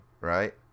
right